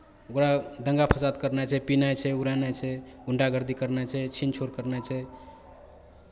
ओकरा दङ्गा फसाद करनाइ छै पीनाइ छै उड़ानाइ छै गुण्डागर्दी करनाइ छै छीन छोड़ करनाइ छै